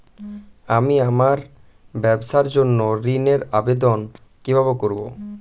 আমি আমার ব্যবসার জন্য ঋণ এর আবেদন কিভাবে করব?